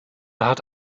hat